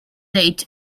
date